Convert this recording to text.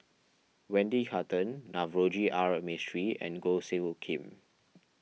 Wendy Hutton Navroji R Mistri and Goh Soo Khim